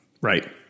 Right